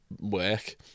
work